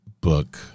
book